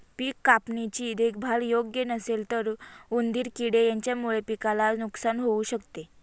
पिक कापणी ची देखभाल योग्य नसेल तर उंदीर किडे यांच्यामुळे पिकाला नुकसान होऊ शकत